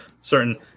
certain